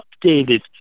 updated